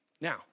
now